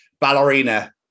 ballerina